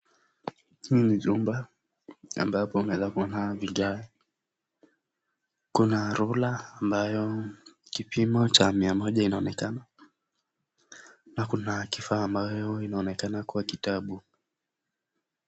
Hii ni chumba ambayo kuna rula ambayo kipimo cha mia moja inaonekana, na kuna kifaa ambayo inaonekana kuwa kitabu.